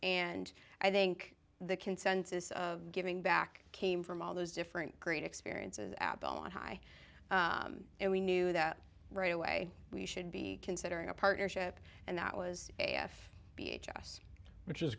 and i think the consensus of giving back came from all those different great experiences out on high and we knew that right away we should be considering a partnership and that was if b h us which is